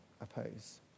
oppose